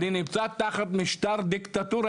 אני נמצא תחת משטר דיקטטורי,